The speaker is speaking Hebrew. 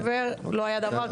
לא היה דבר כזה.